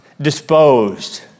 disposed